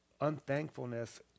unthankfulness